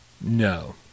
No